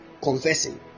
confessing